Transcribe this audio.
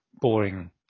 boring